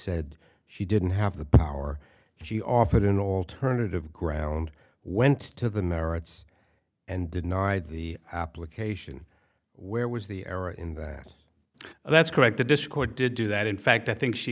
said she didn't have the power she offered an alternative ground went to the merits and denied the application where was the error in that that's correct the dischord did do that in fact i think she